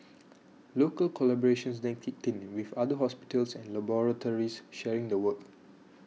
local collaborations then kicked in with other hospitals and laboratories sharing the work